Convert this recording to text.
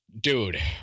Dude